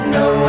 no